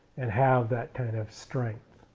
and have that kind of strength.